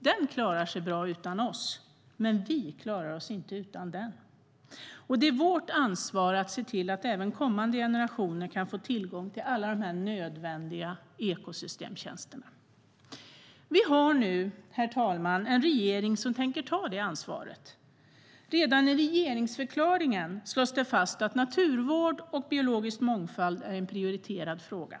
Den klarar sig bra utan oss, men vi klarar oss inte utan den. Det är vårt ansvar att se till att även kommande generationer kan få tillgång till alla dessa nödvändiga ekosystemtjänster. Herr talman! Vi har nu en regering som tänker ta det ansvaret. Redan i regeringsförklaringen slås det fast att naturvård och biologisk mångfald är en prioriterad fråga.